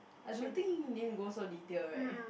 I don't think need to go so detail right